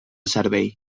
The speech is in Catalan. cervell